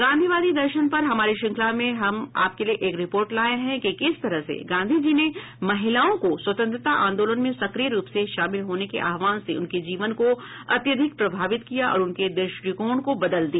गांधीवादी दर्शन पर हमारी श्रृंखला में हम आपके लिए एक रिपोर्ट लाए हैं कि किस तरह से गांधीजी ने महिलाओं को स्वतन्त्रता आंदोलन में सक्रिय रूप से शामिल होने के आहवान से उनके जीवन को अत्यधिक प्रभावित किया और उनके द्रष्टिकोण को बदल दिया